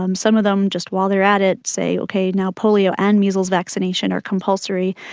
um some of them, just while they are at it, say, okay, now polio and measles vaccination are compulsory.